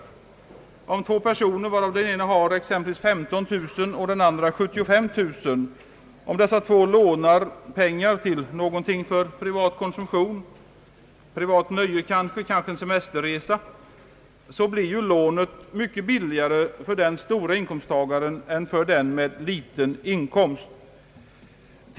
Om två personer, varav den ene har exempelvis 15000 och den andre 75 000 kronor i inkomst, lånar pengar till någonting för privat konsumtion — privat nöje, kanske en semesterresa — blir ju lånet mycket billigare för personen som har den stora inkomsten än för personen som har den mindre inkomsten.